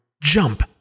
jump